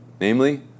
Namely